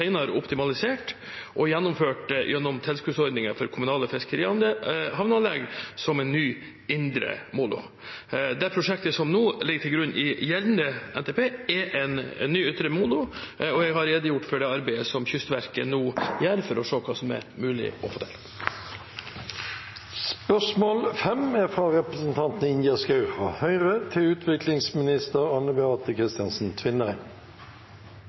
optimalisert og gjennomført gjennom tilskuddsordningen for kommunale fiskerihavneanlegg som en ny indre molo. Det prosjektet som nå ligger til grunn i gjeldende NTP, er en ny ytre molo, og jeg har redegjort for det arbeidet som Kystverket nå gjør for å se hva som er mulig å